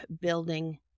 building